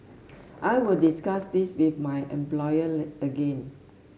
I will discuss this with my employer again